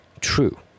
true